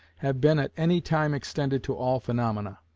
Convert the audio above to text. have been at any time extended to all phaenomena.